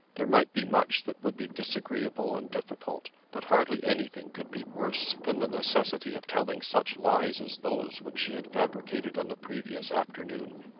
there might be much that would be disagreeable and difficult, but hardly anything could be worse than the necessity of telling such lies as those which she had fabricated on the previous afternoon.